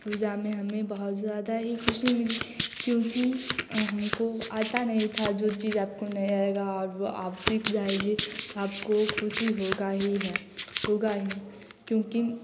पूजा में हमें बहुत ज़्यादा ही ख़ुशी मिलती है क्योंकि हमको आता नहीं था जो चीज़ आपको नहीं आएगा वह आप सिख जाइए तो आपको ख़ुशी होगा ही है होगा ही क्योंकि